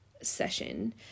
session